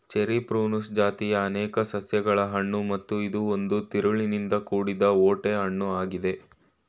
cherry Prunus ಜಾತಿಯ ಅನೇಕ ಸಸ್ಯಗಳ ಹಣ್ಣು ಮತ್ತು ಇದು ಒಂದು ತಿರುಳಿನಿಂದ ಕೂಡಿದ ಓಟೆ ಹಣ್ಣು ಆಗಿದೆ